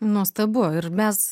nuostabu ir mes